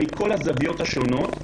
מכל הזוויות השונות,